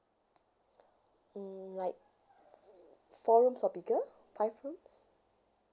mm like four rooms or bigger five rooms